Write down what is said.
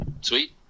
sweet